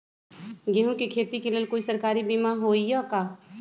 गेंहू के खेती के लेल कोइ सरकारी बीमा होईअ का?